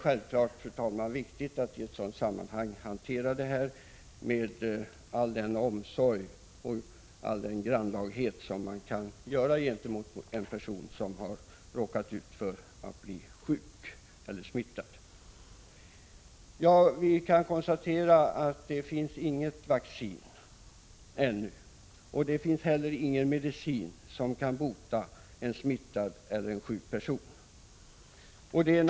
Självfallet är det, fru talman, viktigt att dessa frågor hanteras med all den omsorg och all den grannlagenhet som hänsynen till den sjuke eller smittade kräver. Vi kan alltså konstatera att det ännu inte finns något vaccin. Inte heller finns det någon medicin som kan vara till hjälp för en smittad eller som kan 1 Prot. 1985/86:109 bota en sjuk person.